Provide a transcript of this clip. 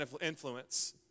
influence